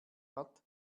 hat